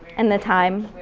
and the time.